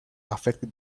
affected